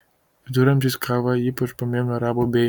viduramžiais kavą ypač pamėgo arabų bėjai